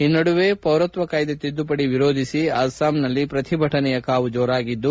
ಈ ನಡುವೆ ಪೌರತ್ವ ಕಾಯ್ದೆ ತಿದ್ದುಪಡಿ ವಿರೋಧಿಸಿ ಅಸ್ಲಾಂ ನಲ್ಲಿ ಶ್ರತಿಭಟನೆಯ ಕಾವು ಜೋರಾಗಿದ್ದು